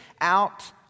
out